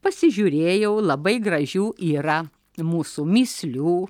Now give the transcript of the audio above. pasižiūrėjau labai gražių yra mūsų mįslių